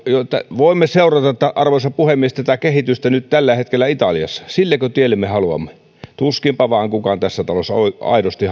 voimme seurata arvoisa puhemies tätä kehitystä nyt tällä hetkellä italiassa sillekö tielle me haluamme tuskinpa vain kukaan tässä talossa aidosti